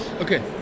Okay